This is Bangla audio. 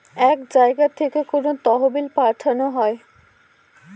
এক জায়গা থেকে কোনো তহবিল পাঠানো হয়